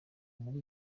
muri